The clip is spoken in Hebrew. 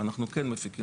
אנחנו כן מפיקים לקחים.